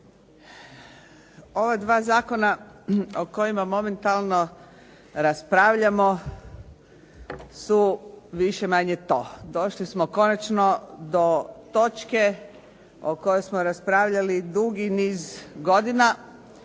Ova dva zakona o kojima momentalno raspravljamo su više-manje to. Došli smo konačno do točke o kojoj smo raspravljali dugi niz godina